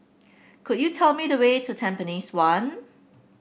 could you tell me the way to Tampines one